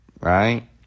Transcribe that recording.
right